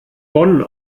bonn